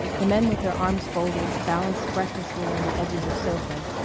the men with their arms folded, balanced breathlessly on the edges of sofas,